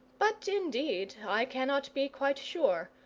but indeed i cannot be quite sure,